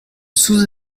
sous